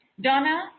Donna